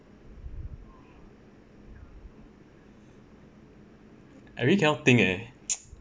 I really cannot think leh